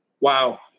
Wow